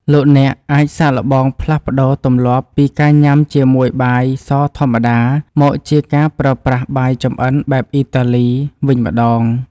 លោកអ្នកអាចសាកល្បងផ្លាស់ប្តូរទម្លាប់ពីការញ៉ាំជាមួយបាយសធម្មតាមកជាការប្រើប្រាស់បាយចម្អិនបែបអ៊ីតាលី (Risotto) វិញម្តង។